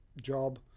job